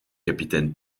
capitaine